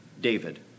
David